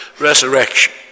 resurrection